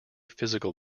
physical